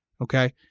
okay